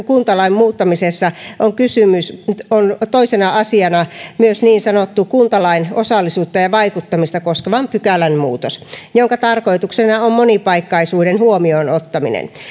kuntalain muuttamisessa on toisena asiana myös kuntalain niin sanotun osallisuutta ja ja vaikuttamista koskevan pykälän muutos jonka tarkoituksena on monipaikkaisuuden huomioon ottaminen